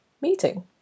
meeting